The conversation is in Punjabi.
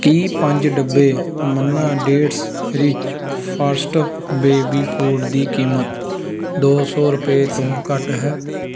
ਕੀ ਪੰਜ ਡੱਬੇ Manna dates rich first baby food ਦੀ ਕੀਮਤ ਦੋ ਸੌ ਰੁਪਏ ਤੋਂ ਘੱਟ ਹੈ